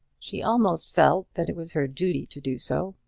she almost felt that it was her duty to do so,